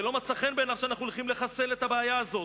זה לא מצא חן בעיניו שאנחנו הולכים לחסל את הבעיה הזאת.